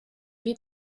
wie